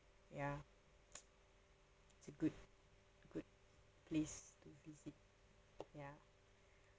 ya it's a good good place to visit ya